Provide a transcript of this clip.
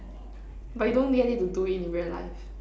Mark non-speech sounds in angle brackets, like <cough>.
<laughs> but you don't get it to do it in real life